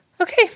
Okay